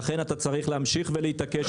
לכן אתה צריך להמשיך להתעקש,